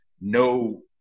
no